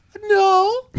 No